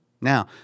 Now